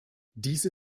diese